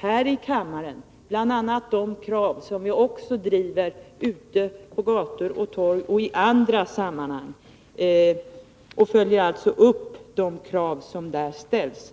här i kammaren bl.a. de krav som vi också driver ute på gator och torg och i andra sammanhang. Vi följer upp de krav som där ställs.